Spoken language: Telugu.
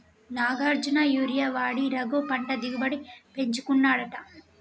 నాగార్జున యూరియా వాడి రఘు పంట దిగుబడిని పెంచుకున్నాడట